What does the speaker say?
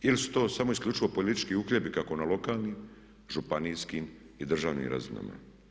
Ili su to samo isključivo politički uhljebi kako na lokalnim, županijskim i državnim razinama?